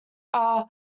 are